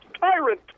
tyrant